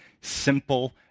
simple